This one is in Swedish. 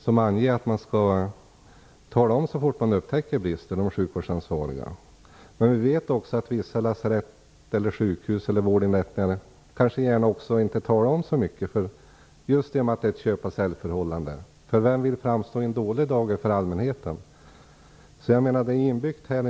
Den anger att de sjukvårdsansvariga skall tala om så fort de upptäcker brister. Vi vet också att vissa lasarett, sjukhus och vårdinrättningar inte gärna talar om detta eftersom det är ett köpa-sälj-förhållande. Vem vill framstå i en dålig dager inför allmänheten? Det finns en risk inbyggd här.